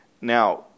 Now